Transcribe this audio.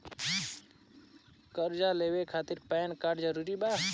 कर्जा लेवे खातिर पैन कार्ड जरूरी बा?